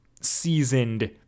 seasoned